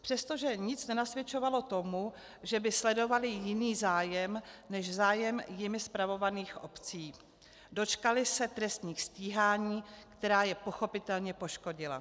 Přestože nic nenasvědčovalo tomu, že by sledovali jiný zájem než zájem jimi spravovaných obcí, dočkali se trestních stíhání, která je pochopitelně poškodila.